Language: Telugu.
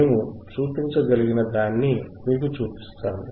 మేము చూపించగలిగేదాన్ని మీకు చూపిస్తాము